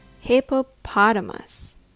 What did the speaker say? hippopotamus